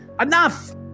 Enough